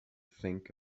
think